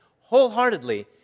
wholeheartedly